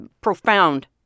profound